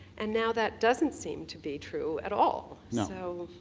and now that doesn't seem to be true at all. no,